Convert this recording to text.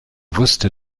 wusste